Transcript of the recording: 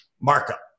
markup